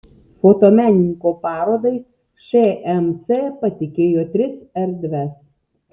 fotomenininko parodai šmc patikėjo tris erdves